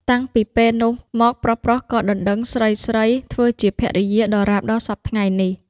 តាំងពីកាលនោះមកប្រុសៗក៏ដណ្តឹងស្រីៗធ្វើជាភរិយាដរាបដល់សព្វថៃ្ងនេះ។